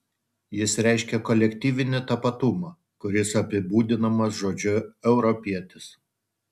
jis reiškia kolektyvinį tapatumą kuris apibūdinamas žodžiu europietis